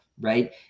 right